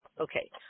Okay